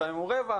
לפעמים הוא רבע.